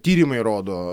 tyrimai rodo